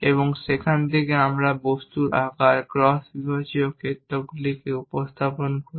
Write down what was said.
এবং সেখান থেকে আমরা বস্তুর আকার এবং ক্রস বিভাগীয় ক্ষেত্রগুলিকে উপস্থাপন করি